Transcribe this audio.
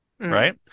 right